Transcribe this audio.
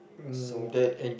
so